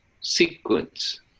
sequence